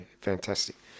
fantastic